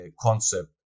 concept